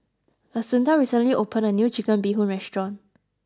Assunta recently opened a new Chicken Bee Hoon restaurant